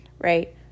right